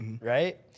right